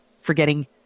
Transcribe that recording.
forgetting